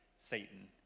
satan